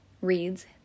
reads